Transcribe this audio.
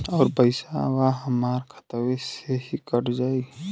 अउर पइसवा हमरा खतवे से ही कट जाई?